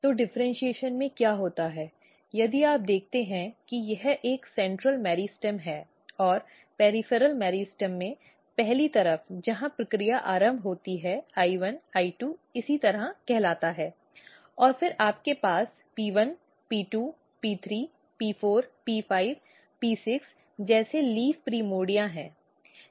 तो डिफ़र्इन्शीएशन में क्या होता है यदि आप देखते हैं कि यह एक केंद्रीय मेरिस्टम है और पेरिफेरल मेरिस्टम में पहली तरफ जहां प्रक्रिया आरंभ होती है I1 I2 इसी तरह कहलाता है और फिर आपके पास P1 P2 P3 P4P5 P6 जैसे पत्ती प्राइमर्डिया है